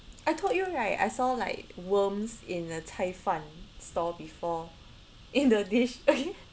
I told you right I saw like worms in a 菜饭 stall before in the dish